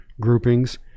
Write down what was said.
Groupings